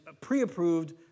pre-approved